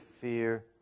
fear